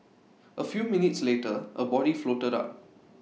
A few minutes later A body floated up